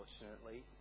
unfortunately